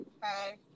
Hi